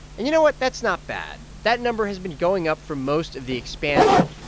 and you know what? that's not bad. that number has been going up for most of the expansion,